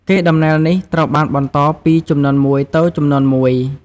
កេរដំណែលនេះត្រូវបានបន្តពីជំនាន់មួយទៅជំនាន់មួយ។